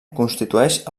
constitueix